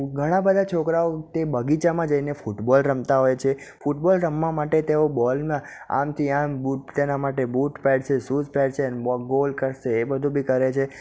ઘણાં બધાં છોકરાંઓ તે બગીચામાં જઈને ફૂટબોલ રમતા હોય છે ફૂટબોલ રમવા માટે તેઓ બોલમાં આમથી આમ બુટ તેના માટે બુટ પહેરશે શુઝ પહેરશે ને ગોલ કરશેને એ બધું બી કરે છે